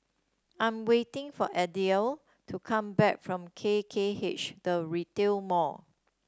I'm waiting for Adelia to come back from K K H The Retail Mall